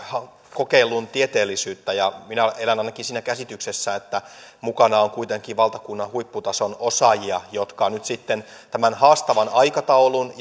kokeilun tieteellisyyttä ja minä ainakin elän siinä käsityksessä että mukana on kuitenkin valtakunnan huipputason osaajia jotka tämän haastavan aikataulun